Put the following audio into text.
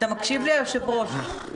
מה הם